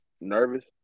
nervous